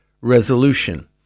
resolution